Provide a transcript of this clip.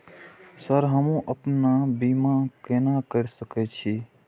Sir हमू अपना बीमा केना कर सके छी?